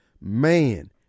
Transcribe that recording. man